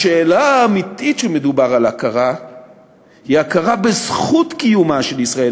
השאלה האמיתית כשמדובר על הכרה היא הכרה בזכות קיומה של ישראל,